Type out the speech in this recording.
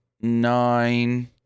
nine